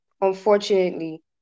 unfortunately